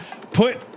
Put